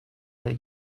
their